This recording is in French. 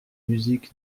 musique